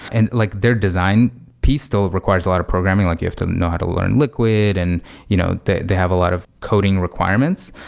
and like their design piece still requires a lot of programming. like you have to know how to learn liquid, and you know they they have a lot of coding requirements,